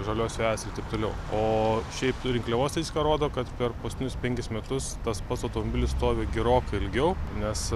žalios vejos ir taip toliau o šiaip rinkliavos statistika rodo kad per paskutinius penkis metus tas pats automobilis stovi gerokai ilgiau nes